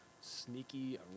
sneaky